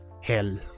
hell